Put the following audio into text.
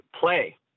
play